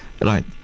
Right